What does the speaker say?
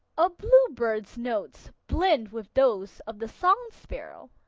a bluebird's notes blend with those of the song sparrow,